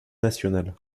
nationale